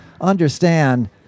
understand